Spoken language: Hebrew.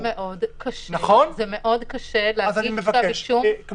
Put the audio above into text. זה מאוד קשה להגיש כתב אישום אם אין